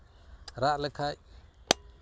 ᱨᱟᱜ ᱞᱮᱠᱷᱟᱱ